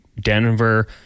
Denver